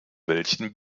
welchen